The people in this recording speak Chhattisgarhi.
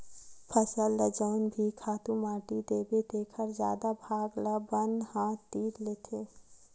फसल ल जउन भी खातू माटी देबे तेखर जादा भाग ल बन ह तीर लेथे